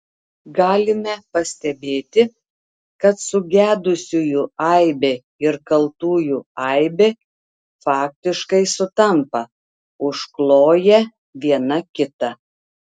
galime pastebėti kad sugedusiųjų aibė ir kaltųjų aibė faktiškai sutampa užkloja viena kitą